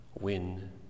win